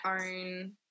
own